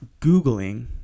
googling